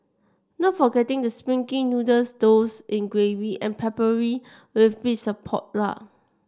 not forgetting the springy noodles doused in gravy and peppered with bits of pork lard